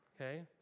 okay